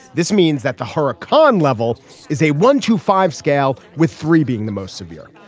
this means that the hurricane level is a one to five scale with three being the most severe.